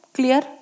Clear